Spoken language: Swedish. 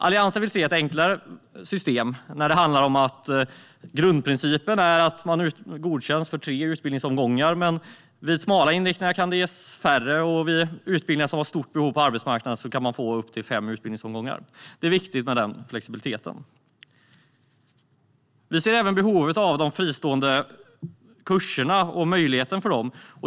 Alliansen vill se ett enklare system. Grundprincipen ska vara att man godkänns för tre utbildningsomgångar, men vid smala inriktningar kan det ges färre och vid utbildningar som har stort behov på arbetsmarknaden kan man få upp till fem utbildningsomgångar. Den flexi-biliteten är viktig. Vi ser även behovet av fristående kurser och möjligheten att gå sådana.